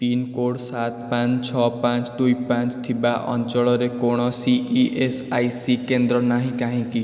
pin code ସାତ୍ ପାଞ୍ଚ ଛଅ ପାଞ୍ଚ ଦୁଇ ପାଞ୍ଚ ଥିବା ଅଞ୍ଚଳରେ କୌଣସି ଇ ଏସ୍ ଆଇ ସି କେନ୍ଦ୍ର ନାହିଁ କାହିଁକି